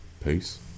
Peace